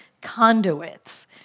conduits